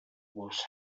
was